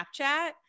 snapchat